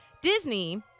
Disney